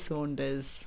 Saunders